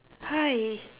hi